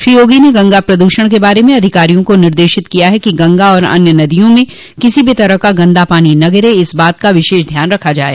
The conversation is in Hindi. श्री योगी ने गंगा प्रदूषण के बारे में अधिकारियों को निर्देशित किया है कि गंगा और अन्य नदियों में किसी भी तरह का गंदा पानी न गिरे इस बात का विशेष ध्यान रखा जाये